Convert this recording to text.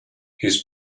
his